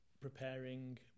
preparing